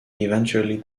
eventually